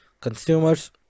consumers